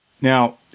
now